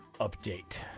update